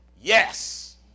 Yes